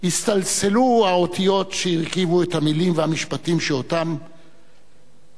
הסתלסלו האותיות שהרכיבו את המלים והמשפטים שכתב,